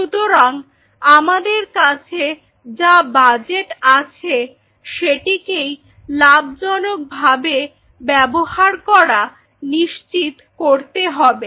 সুতরাং আমাদের কাছে যা বাজেট আছে সেটিকেই লাভজনক ভাবে ব্যবহার করা নিশ্চিত করতে হবে